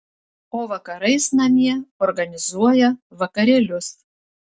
o vakarais namie organizuoja vakarėlius